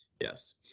Yes